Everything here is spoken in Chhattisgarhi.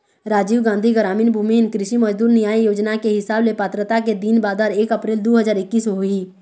राजीव गांधी गरामीन भूमिहीन कृषि मजदूर न्याय योजना के हिसाब ले पात्रता के दिन बादर एक अपरेल दू हजार एक्कीस होही